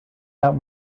out